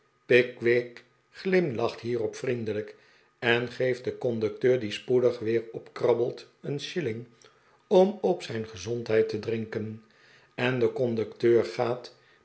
pickwick glimlacht hierop vriendelijk en geeft den conducteur die spoedig weer opkrabbelt een shilling om op zijn gezondheid te drinken en de conducteur gaat